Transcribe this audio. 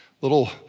little